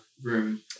room